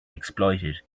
exploited